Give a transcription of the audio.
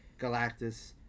Galactus